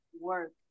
work